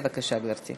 בבקשה, גברתי.